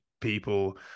people